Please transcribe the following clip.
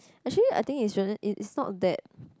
actually I think it shouldn't it's not that